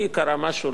כי קרה משהו,